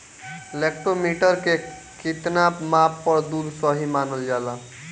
Lactometer के कितना माप पर दुध सही मानन जाला?